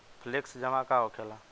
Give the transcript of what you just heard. Flexi जमा का होखेला?